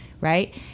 right